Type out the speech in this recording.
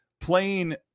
playing